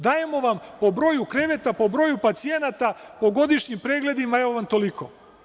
Dajemo vam po broju kreveta, broju pacijenata, po godišnjim pregledima, evo vam toliko.